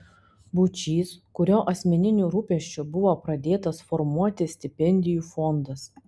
būčys kurio asmeniniu rūpesčiu buvo pradėtas formuoti stipendijų fondas